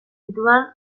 ditudan